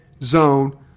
zone